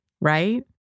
right